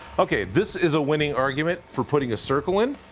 okay, this is a winning argument for putting a circle in.